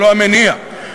ולא המניע.